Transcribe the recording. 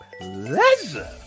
pleasure